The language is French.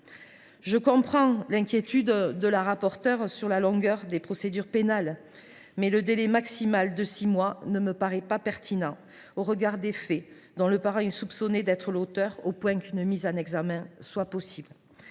Je comprends l’inquiétude de notre rapporteure quant à la longueur des procédures pénales, mais le délai maximal de six mois ne me paraît pas pertinent au regard des faits dont le parent est soupçonné d’être l’auteur, et dont la gravité emporte une possible